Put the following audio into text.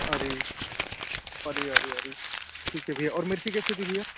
अरे अरे अरे अरे ठीक है भैया और मिर्ची कैसे दी भैया